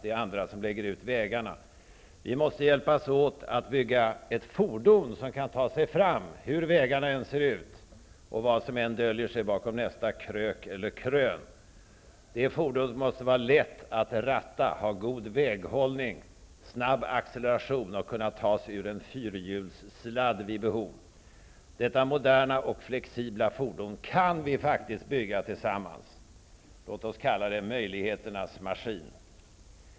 Det är andra som lägger ut vägarna. Vi måste hjälpas åt att bygga ett fordon som kan ta sig fram hur vägarna än ser ut och vad som än döljer sig bakom nästa krök eller krön. Det fordonet måste vara lätt att ratta, ha god väghållning, snabb acceleration och kunna ta sig ur en fyrhjulssladd vid behov. Detta moderna och flexibla fordon kan vi faktiskt bygga tillsammans. Låt oss kalla det möjligheternas maskin.